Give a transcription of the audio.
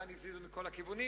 כאן הזיזו מכל הכיוונים,